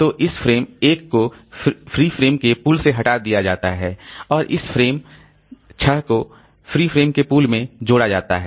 तो इस फ्रेम 1 को फ्री फ्रेम के पूल से हटा दिया जाता है और इस फ्रेम 6 को फ्री फ्रेम के पूल में जोड़ा जाता है